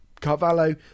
Carvalho